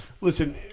listen